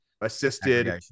assisted